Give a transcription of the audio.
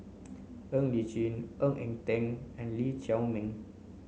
Ng Li Chin Ng Eng Teng and Lee Chiaw Meng